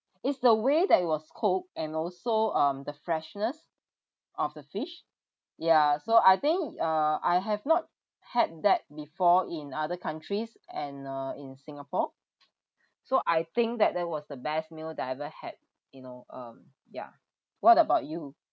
it's the way that it was cooked and also um the freshness of the fish ya so I think uh I have not had that before in other countries and uh in singapore so I think that that was the best meal that I ever had you know um yeah what about you